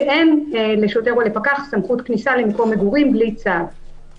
אין לשוטר או לפקח סמכות כניסה למקום מגורים בלי צו,